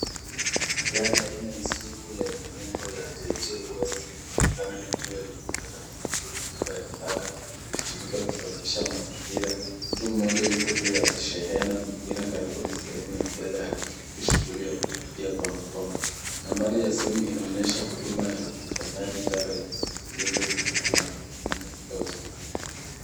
Gari aina ya isuzu yenye nembo ya JJ waste inaonekana likiwa limebeba mizigo mikubwa ya taka, likitumika kusafisha mazingira. Mtu mmoja yuko juu ya shehena mwingine karibu na sehemu ya mbele akishiriki shughuli ya kupakia kwa mkono. Nambari ya simu inaonyesha huduma ya ukusanyaji taka ikisisitiza jukumu la kampuni katika usafi wa jamii.